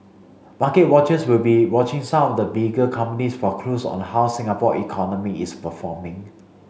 market watchers will be watching some the bigger companies for clues on how Singapore economy is performing